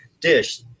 dish